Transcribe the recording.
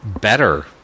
better